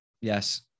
yes